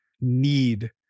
need